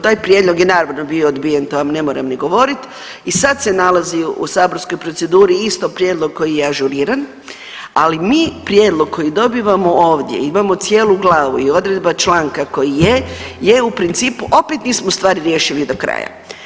Taj prijedlog je naravno bio odbijen to vam ne moram ni govorit i sad se nalazi u saborskoj proceduri isto prijedlog koji je ažuriran, ali mi prijedlog koji dobivamo ovdje imamo cijelu glavu i odredba članka koji je je u principu opet nismo stvar riješili do kraja.